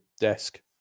desk